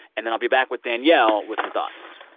and then i'll be back with danielle with some thoughts